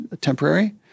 temporary